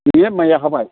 नोंनिया माइआ हाबाय